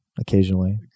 occasionally